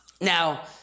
Now